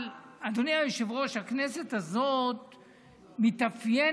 אבל, אדוני היושב-ראש, הכנסת הזאת מתאפיינת,